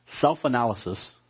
self-analysis